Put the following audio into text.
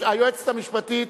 היועצת המשפטית,